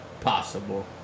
possible